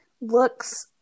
looks